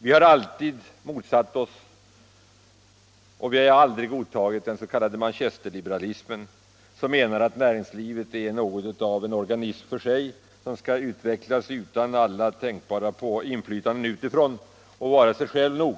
Vi har alltid motsatt oss och aldrig godtagit den s.k. Manchesterliberalismen som menar att näringslivet är något av en organism för sig som skall utvecklas utan inflytande utifrån och som skall vara sig själv nog.